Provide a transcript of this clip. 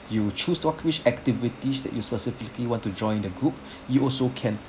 you choose what which activities that you specifically want to join the group you also can